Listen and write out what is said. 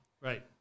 right